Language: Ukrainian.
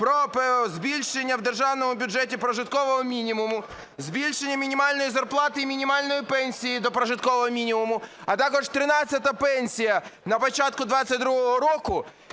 про збільшення в державному бюджеті прожиткового мінімуму, збільшення мінімальної зарплати і мінімальної пенсії до прожиткового мінімуму, а також 13-а пенсія. На початку 22-го року